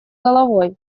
головой